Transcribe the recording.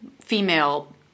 female